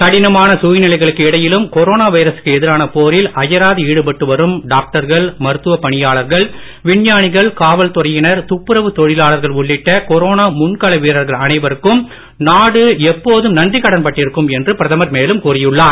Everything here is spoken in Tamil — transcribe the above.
கடினமான சூழ்நிலைகளுக்கு இடையிலும் கொரோனா வைரசுக்கு எதிரான போரில் அயராது ஈடுபட்டு வரும் காவல்துறையினர் துப்புரவு தொழிலாளர்கள் உள்ளிட்ட கொரோனா முன்கள வீரர்கள் அனைவருக்கும் நாடு எப்போதும் நன்றிக் கடன் பட்டிருக்கும் என்று பிரதமர் மேலும் கூறியுள்ளார்